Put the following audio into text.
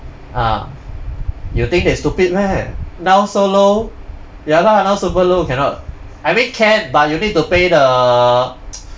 ah you think they stupid meh now so low ya lah now super low cannot I mean can but you need to pay the